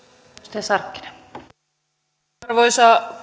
arvoisa